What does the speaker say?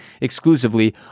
exclusively